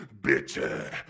bitter